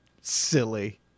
Silly